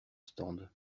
stand